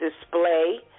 display